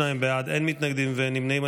22 בעד, אין מתנגדים, אין נמנעים.